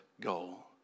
goal